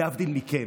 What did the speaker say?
להבדיל מכם.